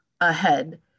ahead